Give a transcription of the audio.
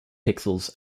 pixels